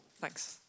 Thanks